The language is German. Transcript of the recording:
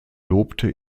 lobte